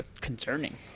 concerning